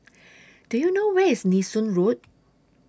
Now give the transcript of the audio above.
Do YOU know Where IS Nee Soon Road